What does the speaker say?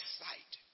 sight